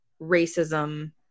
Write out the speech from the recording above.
racism